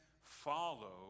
follow